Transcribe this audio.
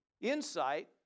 insight